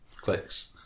clicks